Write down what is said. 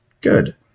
Good